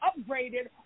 upgraded